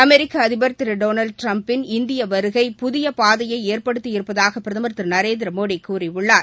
அமெரிக்க அதிபர் திரு டொனால்டு ட்டிரம்பின் இந்திய வருகை புதிய பாதையை ஏற்படுத்தி இருப்பதாக பிரதமர் திரு நரேந்திரமோடி கூறியுள்ளார்